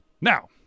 Now